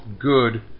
good